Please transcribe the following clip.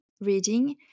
reading